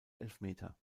elfmeter